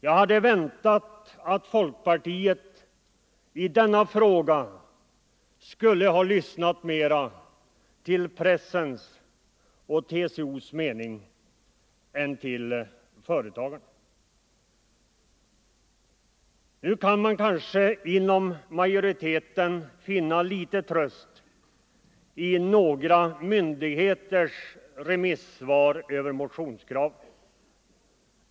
Jag hade väntat mig att folkpartiet i denna fråga skulle ha lyssnat mera till pressens och TCO:s mening än till företagarnas. Nu kan man kanske inom majoriteten finna litet tröst i några myndigheters remissvar över motionskravet.